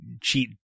cheat